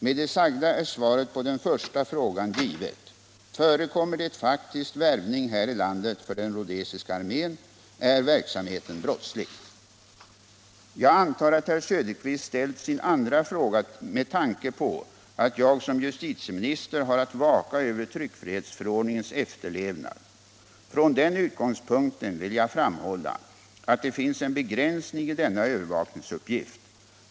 Med det sagda är svaret på den första frågan givet. Förekommer det faktiskt värvning här i landet för den rhodesiska armén, är verksamheten brottslig. Jag antar att herr Söderqvist ställt sin andra fråga med tanke på att jag som justitieminister har att vaka över tryckfrihetsförordningens efterlevnad. Från den utgångspunkten vill jag framhålla att det finns en begränsning i denna övervakningsuppgift.